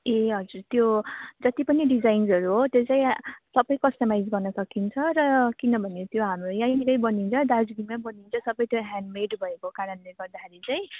ए हजुर त्यो जति पनि डिजाइनहरू हो त्यो चाहिँ सबै कस्टमाइज गर्न सकिन्छ र किनभने त्यो हाम्रो यहीँनिरै बनिन्छ दार्जिलिङमै बनिन्छ सबैतिर ह्यान्डमेड भएको कारणले गर्दाखेरि चाहिँ